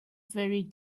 very